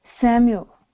Samuel